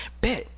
Bet